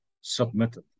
submitted